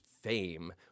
fame